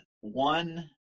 one